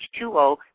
h2o